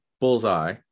bullseye